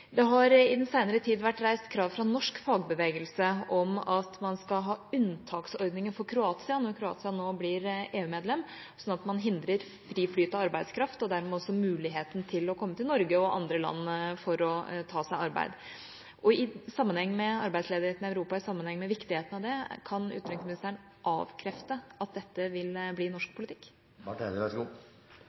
Det har i den senere tid vært reist krav fra norsk fagbevegelse om at man skal ha unntaksordninger for Kroatia når Kroatia nå blir EU-medlem, slik at man hindrer fri flyt av arbeidskraft og dermed også muligheten til å komme til Norge og andre land for å ta seg arbeid. Sett i sammenheng med arbeidsledigheten i Europa og i sammenheng med viktigheten av det, kan utenriksministeren avkrefte at dette vil bli norsk politikk? Til det siste spørsmålet så